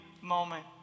moment